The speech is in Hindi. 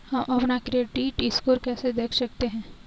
हम अपना क्रेडिट स्कोर कैसे देख सकते हैं?